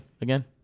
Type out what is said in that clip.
again